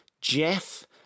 Jeff